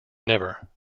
never